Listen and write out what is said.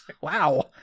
Wow